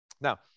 Now